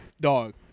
dog